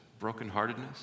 brokenheartedness